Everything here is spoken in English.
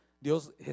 Dios